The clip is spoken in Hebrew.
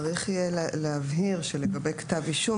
צריך יהיה להבהיר שלגבי כתב אישום